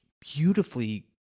beautifully